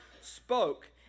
spoke